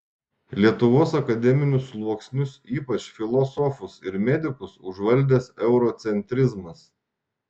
lietuvos akademinius sluoksnius ypač filosofus ir medikus užvaldęs eurocentrizmas